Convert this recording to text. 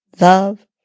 love